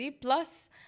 Plus